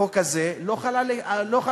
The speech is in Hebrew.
החוק הזה לא חל על הליכוד.